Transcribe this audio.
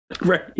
right